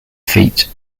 feat